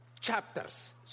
chapters